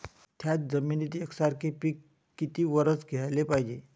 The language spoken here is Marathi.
थ्याच जमिनीत यकसारखे पिकं किती वरसं घ्याले पायजे?